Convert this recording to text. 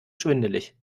schwindelig